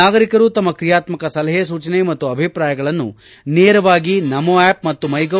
ನಾಗರಿಕರು ತಮ್ಮ ಕ್ರಿಯಾತ್ಮಕ ಸಲಹೆ ಸೂಚನೆ ಮತ್ತು ಅಭಿಪ್ರಾಯಗಳನ್ನು ನೇರವಾಗಿ ನಮೋ ಆಪ್ ಮತ್ತು ಮ್ಲೆಗೌ